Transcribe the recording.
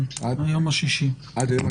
היום השישי.